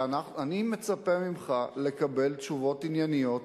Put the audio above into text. ואני מצפה ממך לקבל תשובות ענייניות